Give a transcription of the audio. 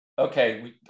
okay